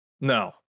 No